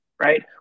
right